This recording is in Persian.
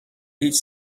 هیچ